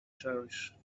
cherish